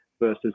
versus